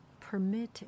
permitted